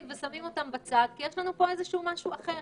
ושמים אותם בצד כי יש לנו פה משהו אחר.